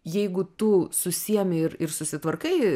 jeigu tu susiėmi ir ir susitvarkai